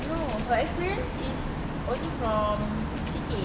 no her experiences is only from C K